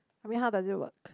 I mean how does it work